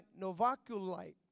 Novaculite